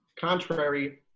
contrary